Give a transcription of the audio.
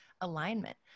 alignment